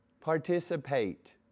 Participate